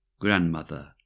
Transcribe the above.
Grandmother